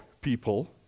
people